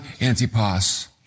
Antipas